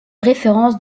référence